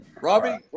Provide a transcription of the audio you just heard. Robbie